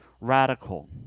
radical